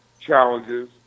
challenges